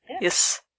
Yes